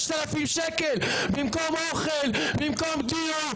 5,000 ש"ח, במקום אוכל, במקום דירה.